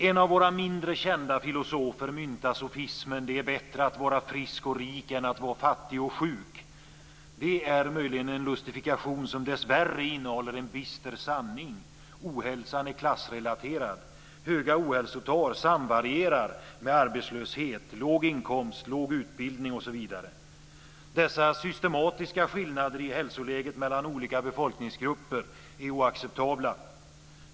En av våra mindre kända filosofer har myntat sofismen: Det är bättre att vara rik och frisk än att vara fattig och sjuk. Det är en lustifikation som dessvärre innehåller en bister sanning. Ohälsan är klassrelaterad. Höga ohälsotal samvarierar med arbetslöshet, låg inkomst, låg utbildning osv. Dessa systematiska skillnader i hälsoläget mellan olika befolkningsgrupper är oacceptabla.